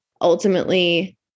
ultimately